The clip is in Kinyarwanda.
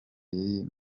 yemeye